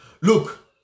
Look